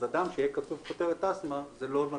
אדם שתהיה לו כותרת אסתמה זה לא נכון.